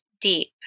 deep